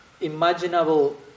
imaginable